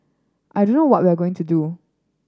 I don't know what we are going to do